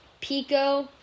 Pico